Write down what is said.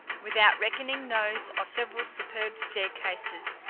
without reckoning those of several superb staircases,